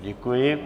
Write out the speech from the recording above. Děkuji.